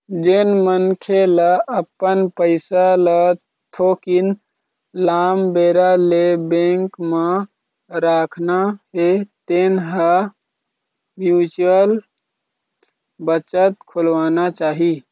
जेन मनखे ल अपन पइसा ल थोकिन लाम बेरा ले बेंक म राखना हे तेन ल म्युचुअल बचत खोलवाना चाही